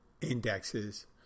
indexes